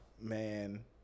man